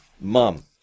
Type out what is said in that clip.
Mom